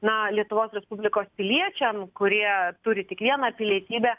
na lietuvos respublikos piliečiam kurie turi tik vieną pilietybę